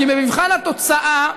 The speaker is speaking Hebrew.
כי במבחן התוצאה,